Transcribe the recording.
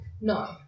No